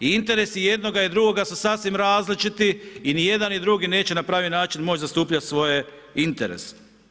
I interesi jednoga i drugoga su sasvim različiti i nijedan i drugi neće na pravi način moći zastupati svoje interese.